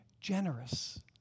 generous